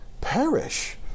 Perish